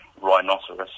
Rhinoceros